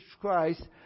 Christ